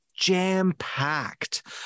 jam-packed